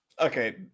okay